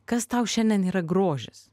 kas tau šiandien yra grožis